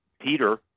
Peter